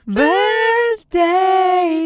birthday